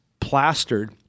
plastered